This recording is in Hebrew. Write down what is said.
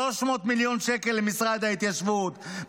300 מיליון שקל למשרד ההתיישבות,